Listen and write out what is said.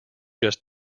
just